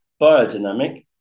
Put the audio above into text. biodynamic